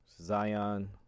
zion